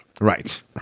Right